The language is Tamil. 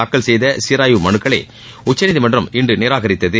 தாக்கல் செய்த சீராய்வு மனுக்களை உச்சநீதிமன்றம் இன்று நிராகரித்தது